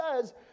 says